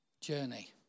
journey